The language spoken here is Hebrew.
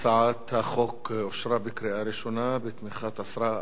ההצעה להעביר את הצעת חוק השקעות משותפות בנאמנות (תיקון מס' 21)